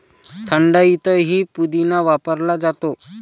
थंडाईतही पुदिना वापरला जातो